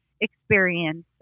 experience